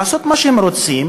לעשות מה שהם רוצים,